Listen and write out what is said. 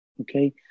Okay